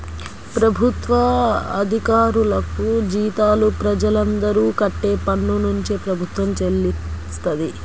ప్రభుత్వ అధికారులకు జీతాలు ప్రజలందరూ కట్టే పన్నునుంచే ప్రభుత్వం చెల్లిస్తది